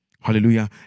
Hallelujah